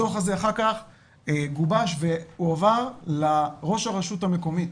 הדו"ח הזה אחר כך גובש והועבר לראש הרשות המקומית,